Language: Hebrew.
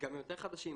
דגמים יותר חדשים,